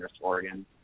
Oregon